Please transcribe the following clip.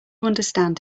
understand